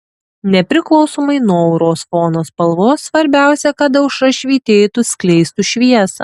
nepriklausomai nuo auros fono spalvos svarbiausia kad aura švytėtų skleistų šviesą